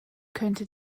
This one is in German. könnte